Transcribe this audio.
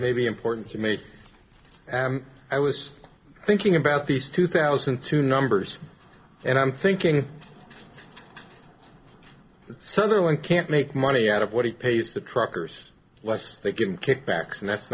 maybe important to me and i was thinking about these two thousand and two numbers and i'm thinking of sutherland can't make money out of what he pays the truckers like that getting kickbacks and that's